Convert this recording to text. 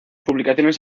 publicaciones